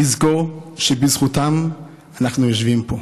תזכור שבזכותם אנחנו יושבים פה.